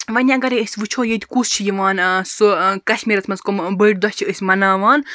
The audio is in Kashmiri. وۄنۍ اَگَر أسۍ وٕچھو ییٚتہِ کُس چھُ یِوان سُہ کَشمیٖرَس مَنٛز کُم بٔڑۍ دۄہ چھِ أسۍ مَناوان